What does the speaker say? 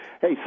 Hey